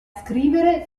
scrivere